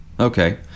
Okay